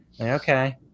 Okay